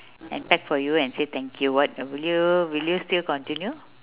and pack for you and say thank you what will you will you still continue